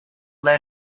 let